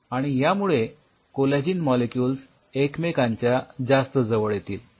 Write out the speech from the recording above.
आणि यामुळे collagen molecules एकमेकांच्या जास्त जवळ येतील